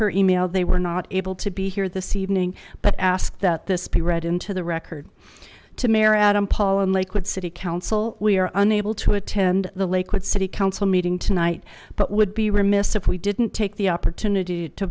her email they were not able to be here this evening but asked that this be read into the record to mayor adam paul and lakewood city council we are unable to attend the lakewood city council meeting tonight but would be remiss if we didn't take the opportunity to